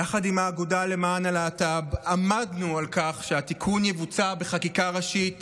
יחד עם האגודה למען הלהט"ב עמדנו על כך שהתיקון יבוצע בחקיקה ראשית